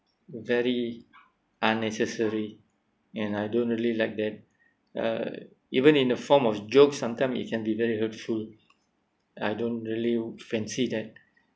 very unnecessary and I don't really like that uh even in the form of jokes sometime it can be very hurtful I don't really fancy that